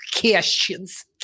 questions